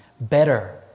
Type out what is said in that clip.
Better